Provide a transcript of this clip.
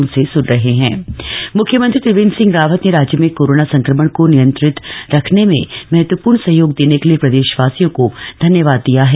मुख्यमंत्री on corona मुख्यमंत्री त्रियेंद्र सिंह रावत ने राज्य में कोरोना संक्रमण को नियंत्रित रखने में महत्वपूर्ण सहयोग देने के लिये प्रदेशवासियों को धन्यवाद दिया है